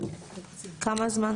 כמה זמן?